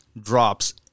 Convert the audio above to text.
Drops